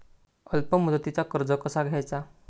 अल्प मुदतीचा कर्ज कसा घ्यायचा?